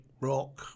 rock